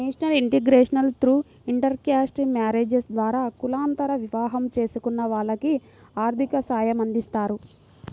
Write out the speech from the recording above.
national integration through intercaste marriages ద్వారా కులాంతర వివాహం చేసుకున్న వాళ్లకి ఆర్థిక సాయమందిస్తారు